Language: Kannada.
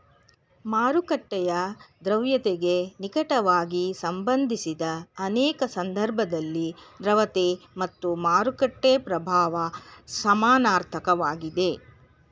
ಮಾರುಕಟ್ಟೆಯ ದ್ರವ್ಯತೆಗೆ ನಿಕಟವಾಗಿ ಸಂಬಂಧಿಸಿದ ಅನೇಕ ಸಂದರ್ಭದಲ್ಲಿ ದ್ರವತೆ ಮತ್ತು ಮಾರುಕಟ್ಟೆ ಪ್ರಭಾವ ಸಮನಾರ್ಥಕ ವಾಗಿದೆ